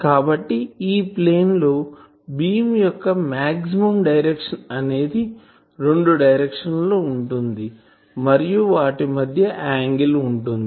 కాబట్టి ఈ ప్లేన్ లో బీమ్ యొక్క మాక్సిమం డైరెక్షన్ అనేది రెండు డైరెక్షన్ల లలో ఉంటుంది మరియు వాటి మధ్య యాంగిల్ ఉంటుంది